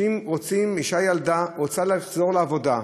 אישה ילדה, רוצה לחזור לעבודה,